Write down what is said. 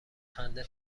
خنده